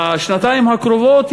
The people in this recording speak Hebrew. בשנתיים הקרובות,